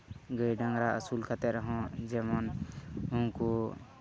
ᱜᱟᱹᱭ ᱰᱟᱝᱨᱟ ᱟᱹᱥᱩᱞ ᱠᱟᱛᱮᱫ ᱨᱮᱦᱚᱸ ᱡᱮᱢᱚᱱ ᱩᱱᱠᱩ